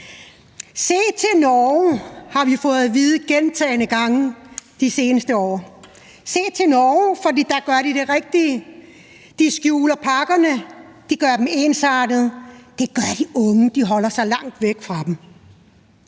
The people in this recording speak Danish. Se til Norge, har vi fået at vide gentagne gange de seneste år. Se til Norge, for der gør de det rigtige. De skjuler pakkerne, de gør dem ensartede, og det gør, at de unge holder sig langt væk fra dem.